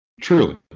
Truly